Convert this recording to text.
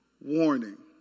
warning